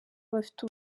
bafite